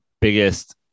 biggest